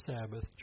Sabbath